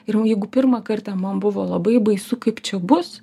ir jeigu pirmą kartą man buvo labai baisu kaip čia bus